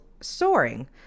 soaring